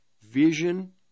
vision